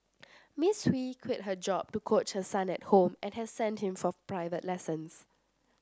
Miss Hui has quit her job to coach her son at home and has sent him for private lessons